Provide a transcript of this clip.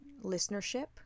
listenership